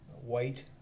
white